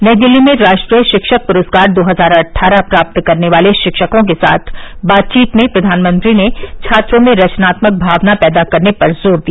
नई दिल्ली में राष्ट्रीय शिक्षक पुरस्कार दो हजार अट्ठारह प्राप्त करने वाले शिक्षकों के साथ बातचीत में प्रधानमंत्री ने छात्रों में रवनात्मक भावना पैदा करने पर जोर दिया